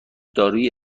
دارویی